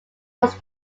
was